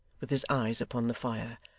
with his eyes upon the fire,